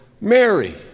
Mary